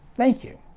thank you.